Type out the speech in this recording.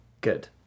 good